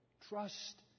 Trust